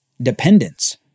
dependence